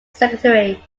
secretary